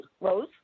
rose